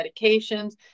medications